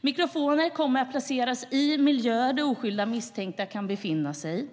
Mikrofoner kommer att placeras i miljöer där oskyldigt misstänkta befinner sig.